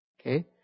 Okay